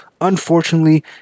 unfortunately